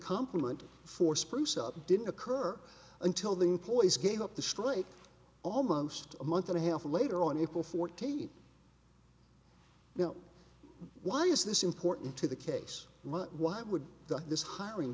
complement for spruce up didn't occur until the employees gave up the strait almost a month and a half later on april fourteenth now why is this important to the case why would this hiring